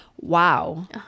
wow